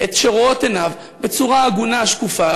את שרואות עיניו בצורה הגונה ושקופה.